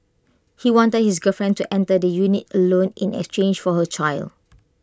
he wanted his girlfriend to enter the unit alone in exchange for her child